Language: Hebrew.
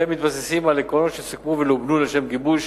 והם מתבססים על עקרונות שסוכמו ולובנו לשם גיבוש